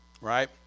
Right